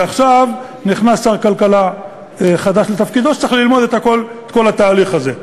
ועכשיו נכנס לתפקידו שר כלכלה חדש שצריך ללמוד את כל התהליך הזה.